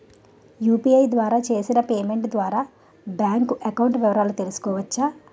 UPI ద్వారా చేసిన payment ద్వారా బ్యాంక్ అకౌంట్ వివరాలు తెలుసుకోవచ్చ?